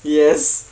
yes